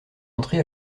entré